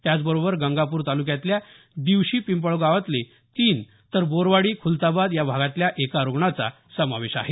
त्याचबरोबर गंगापूर तालुक्यातल्या दिवशी पिंपळगावातले तीन तर बोरवाडी खूलताबाद या भागातल्या एका रुग्णाचा समावेश आहे